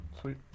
Sweet